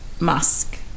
musk